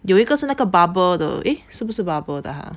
有一个是那个 barber 的 eh 是不是 barber 的 ha